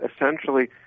essentially